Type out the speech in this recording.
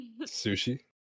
Sushi